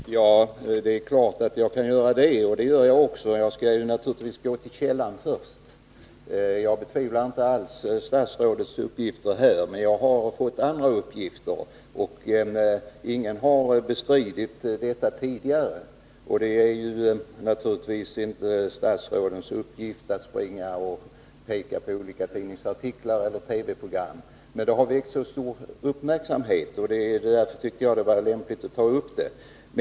Fru talman! Det är klart att jag kan göra det, och det skall jag också göra. bestämmelserna Jag skall naturligtvis gå till källan först. Jag betvivlar inte alls statsrådets uppgift här, men jag har fått andra uppgifter, och ingen har bestritt dem tidigare. Det är naturligtvis inte statsrådens uppgift att springa och peka på olika tidningsartiklar eller TV-program, men fallet har väckt mycket stor uppmärksamhet och jag ansåg därför att det var lämpligt att ta upp det.